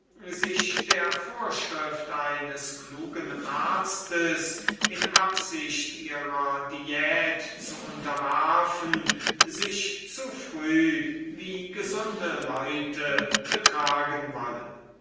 sich der vorschrift eines klugen arztes in absicht ihrer diät zu unterwerfen sich zu früh wie gesunde leute betragen wollen